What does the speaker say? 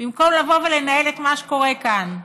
במקום לבוא ולנהל את מה שקורה כאן,